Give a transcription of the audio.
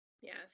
Yes